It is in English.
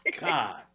god